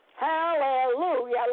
hallelujah